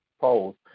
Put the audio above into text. polls